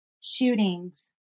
shootings